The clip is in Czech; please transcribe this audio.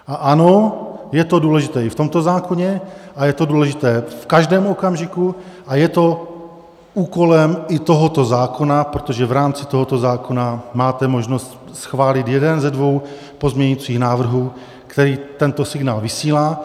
A ano, je to důležité i v tomto zákoně a je to důležité v každém okamžiku a je to úkolem i tohoto zákona, protože v rámci tohoto zákona máte možnost schválit jeden ze dvou pozměňovacích návrhů, který tento signál vysílá.